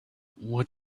what